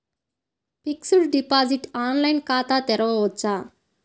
Fixed deposit online ఖాతా తెరువవచ్చా?